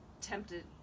tempted